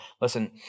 listen